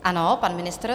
Ano, pan ministr.